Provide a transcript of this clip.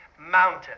mountain